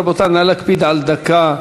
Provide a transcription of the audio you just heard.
רבותי, נא להקפיד על דקה.